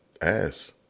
ass